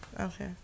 Okay